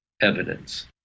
evidence